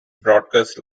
broadcast